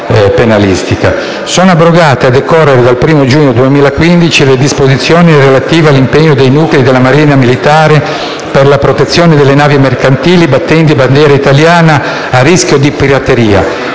Sono abrogate, a decorrere dal 1° giugno 2015, le disposizioni relative all'impiego dei nuclei della Marina militare per la protezione delle navi mercantili battenti bandiera italiana a rischio di pirateria